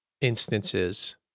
instances